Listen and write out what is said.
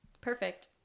Perfect